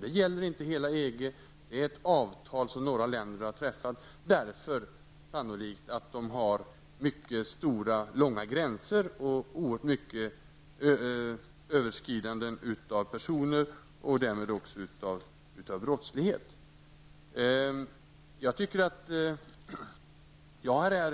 Schengenavtalet omfattar inte hela EG, utan det är ett avtal som några länder har träffat sannolikt för att de har mycket långa gränssträckor och många gränspasseringar och därmed också en betydande gemensam brottslighet. Jag tycker själv att jag har